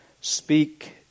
speak